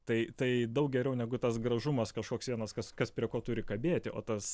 tai tai daug geriau negu tas gražumas kažkoks vienas kas kas prie ko turi kabėti o tas